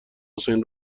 حسین